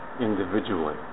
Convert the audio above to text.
individually